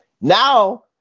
Now